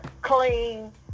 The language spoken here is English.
clean